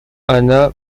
anna